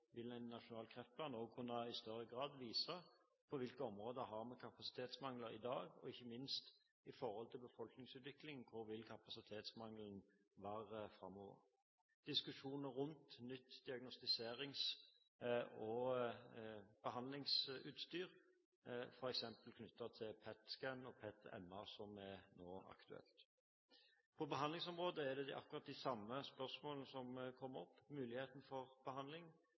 vil en nasjonal kreftplan også i større grad kunne vise på hvilke områder vi har kapasitetsmangler i dag, og – ikke minst – hvor kapasitetsmangelen vil være framover i forhold til befolkningsutviklingen. Vi har diskusjonen rundt nytt diagnostiserings- og behandlingsutstyr, f.eks. knyttet til PET Scan og PET/MR, som nå er aktuelt. På behandlingsområdet er det akkurat de samme spørsmålene som kommer fram: muligheten for behandling,